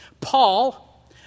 Paul